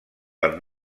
del